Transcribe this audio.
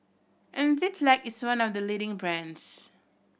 Enzyplex is one of the leading brands